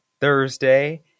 Thursday